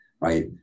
right